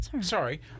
Sorry